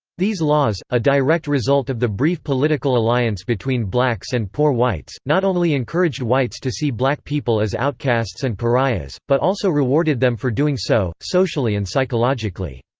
these laws, a direct result of the brief political alliance between blacks and poor whites, not only encouraged whites to see black people as outcasts and pariahs, but also rewarded them for doing so, socially and psychologically.